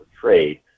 trade